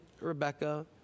Rebecca